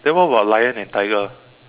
then what about lion and tiger